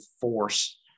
force